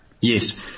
Yes